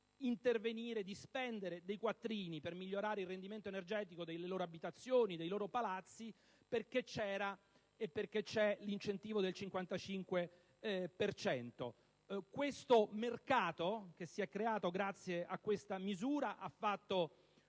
intervenire e di spendere dei quattrini per migliorare il rendimento energetico delle loro abitazioni e dei loro palazzi, perché c'era e c'è l'incentivo del 55 per cento. Il mercato che si è creato grazie a questa misura dal punto